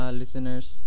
listeners